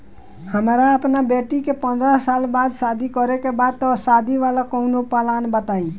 हमरा अपना बेटी के पंद्रह साल बाद शादी करे के बा त शादी वाला कऊनो प्लान बताई?